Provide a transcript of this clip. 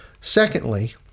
Secondly